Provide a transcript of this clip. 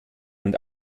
und